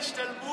על קרן ההשתלמות.